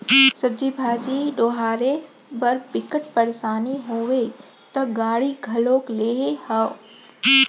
सब्जी भाजी डोहारे बर बिकट परसानी होवय त गाड़ी घलोक लेए हव